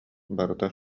барыта